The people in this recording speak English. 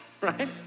right